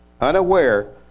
Unaware